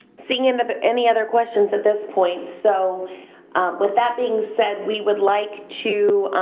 seeing and but any other questions at this point. so with that being said, we would like to